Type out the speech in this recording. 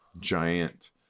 giant